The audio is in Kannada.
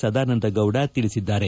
ಸದಾನಂದ ಗೌಡ ತಿಳಿಸಿದ್ದಾರೆ